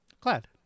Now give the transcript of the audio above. Glad